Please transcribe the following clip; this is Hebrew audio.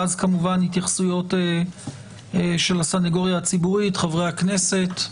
לאחר מכן נעבור להתייחסויות הסניגוריה הציבורית וחברי הכנסת.